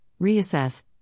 reassess